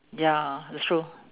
ya that's true